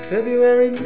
February